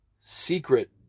secret